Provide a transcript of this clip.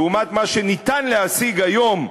לעומת מה שניתן להשיג היום,